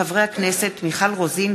מאת חברות הכנסת מיכל רוזין,